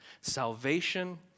salvation